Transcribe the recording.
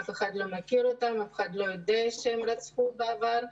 אף אחד לא מכיר אותם ואף אחד לא יודע שהם רצחו בעבר.